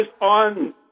on